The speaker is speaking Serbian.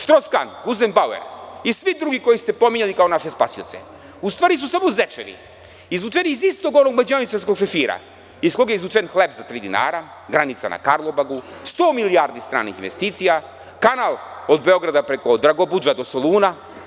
Štros-Kan, Guzenbauer i svi drugi koje ste pominjali kao naše spasioce u stvari su samo zečevi, izvučeni iz istog onog mađioničarskog šešira iz kog je izvučen hleb za tri dinara, granica na Karlobagu, sto milijardi stranih investicija, kanal od Beograda preko Dragobudža, do Soluna.